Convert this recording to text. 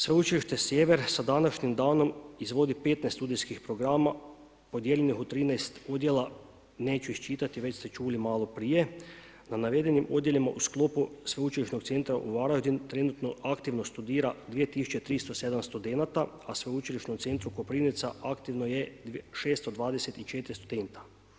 Sveučilište Sjever sa današnjim danom izvodi 15 studijskih programa podijeljenih u 13 udjela, neću ih čitati, već ste čuli maloprije, na navedenim odjelima u sklopu Sveučilišnog centra Varaždin trenutno aktivno studira 2307 studenata, a Sveučilišnom centru Koprivnica aktivno je 624 studenta.